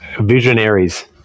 Visionaries